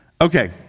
Okay